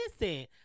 Listen